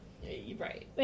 Right